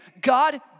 God